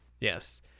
Yes